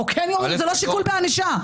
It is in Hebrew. זה לא שיקול בענישה.